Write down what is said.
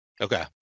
okay